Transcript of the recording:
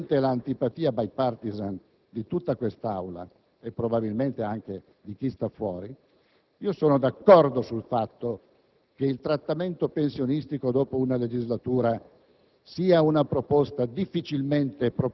attirandomi sicuramente l'antipatia *bipartisan* di tutta quest'Assemblea, e probabilmente anche di chi sta fuori, sono d'accordo sul fatto che il trattamento pensionistico dopo una legislatura